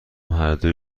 هردو